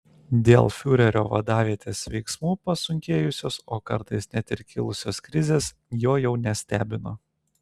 dėl fiurerio vadavietės veiksmų pasunkėjusios o kartais net ir kilusios krizės jo jau nestebino